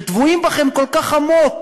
שטבועים בכם כל כך עמוק.